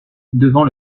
devant